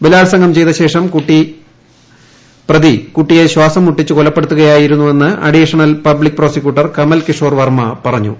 ബലാൽസംഗം ചെയ്ത ശേഷം പ്രതി കുട്ടിയെ ശ്വാസം മുട്ടിച്ചു കൊലപ്പെടുത്തുകയായിരുന്നുവെന്ന് additional public prosecutor Kamal Kishore Varma പറഞ്ഞു